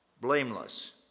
blameless